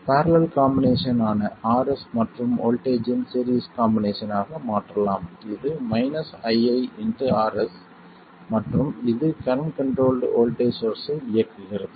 parallel combination ஆன Rs மற்றும் voltage இன் சீரிஸ் காம்பினேஷன் ஆக மாற்றலாம் இது ii Rs மற்றும் இது கரண்ட் கண்ட்ரோல்ட் வோல்ட்டேஜ் சோர்ஸ்ஸை இயக்குகிறது